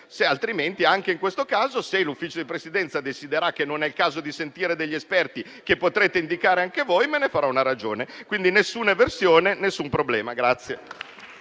se l'Ufficio di Presidenza deciderà che non è il caso di sentire degli esperti, che potrete indicare anche voi, me ne farò una ragione. Quindi nessuna eversione, nessun problema.